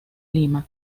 lima